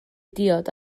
diod